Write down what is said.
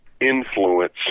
Influence